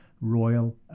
Royal